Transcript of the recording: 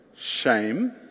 Shame